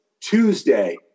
Tuesday